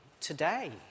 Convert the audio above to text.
today